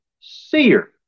seer